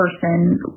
person